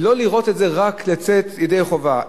ולא רק לצאת לידי חובה.